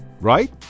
right